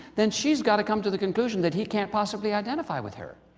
then she's got to come to the conclusion that he can't possibly identify with her.